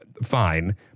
Fine